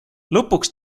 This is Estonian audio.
lõpuks